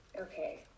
Okay